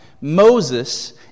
Moses